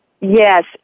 Yes